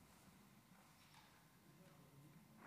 אולי תסגרו,